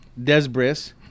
desbris